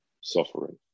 suffering